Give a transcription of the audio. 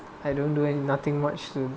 I don't do any nothing much to